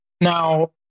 Now